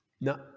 No